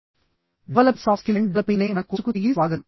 developing soft skills and developing అనే మన కోర్సుకు తిరిగి స్వాగతం